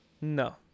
No